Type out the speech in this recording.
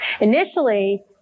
Initially